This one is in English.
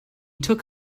took